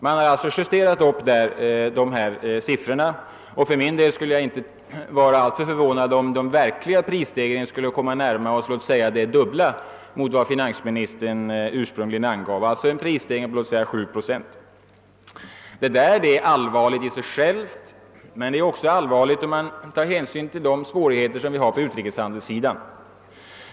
Man har alltså justerat upp dessa siffror, och jag skulle inte bli alltför förvånad om de verkliga prisstegringarna skulle komma att närma sig det dubbla mot vad finansministern ursprungligen angav, alltså en prisstegring på låt oss säga 7 procent. Detta är i och för sig allvarligt. Men det är också allvarligt om man tar hänsyn till de svårigheter som vi har på utrikeshandelns sida.